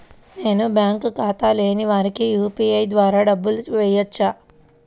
నేను బ్యాంక్ ఖాతా లేని వారికి యూ.పీ.ఐ ద్వారా డబ్బులు వేయచ్చా?